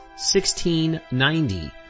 1690